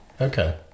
Okay